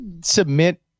submit